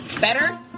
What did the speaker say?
Better